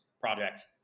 project